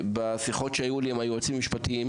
בשיחות שהיו לי עם היועצים המשפטיים,